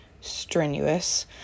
strenuous